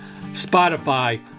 Spotify